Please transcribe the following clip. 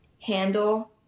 handle